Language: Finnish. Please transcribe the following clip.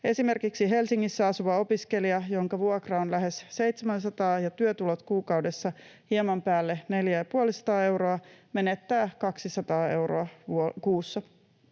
Esimerkiksi Helsingissä asuva opiskelija, jonka vuokra on lähes 700 ja työtulot kuukaudessa hieman päälle neljä‑ ja puolisataa euroa, menettää 200 euroa kuussa.